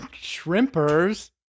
shrimpers